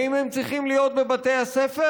האם הם צריכים להיות בבתי הספר?